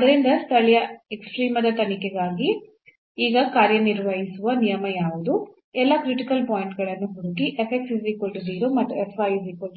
ಆದ್ದರಿಂದ ಸ್ಥಳೀಯ ಎಕ್ಸ್ಟ್ರೀಮದ ತನಿಖೆಗಾಗಿ ಈಗ ಕಾರ್ಯನಿರ್ವಹಿಸುವ ನಿಯಮ ಯಾವುದು • ಎಲ್ಲಾ ಕ್ರಿಟಿಕಲ್ ಪಾಯಿಂಟ್ ಗಳನ್ನು ಹುಡುಕಿ